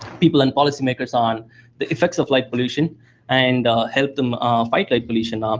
people and policymakers on the effects of light pollution and help them fight light pollution. um